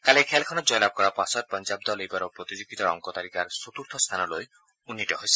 কালিৰ খেলখনত জয়লাভ কৰাৰ পাছত পঞ্জাৱ দল এইবাৰৰ প্ৰতিযোগিতাৰ অংক তালিকাৰ চতুৰ্থ স্থানলৈ উন্নীত হৈছে